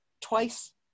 twice